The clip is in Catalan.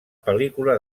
pel·lícula